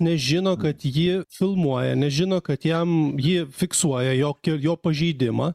nežino kad jį filmuoja nežino kad jam jį fiksuoja jokio jo pažeidimą